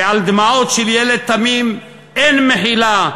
כי על דמעות של ילד תמים אין מחילה,